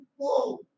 whoa